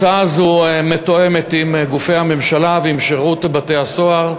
הצעה זו מתואמת עם גופי הממשלה ועם שירות בתי-הסוהר,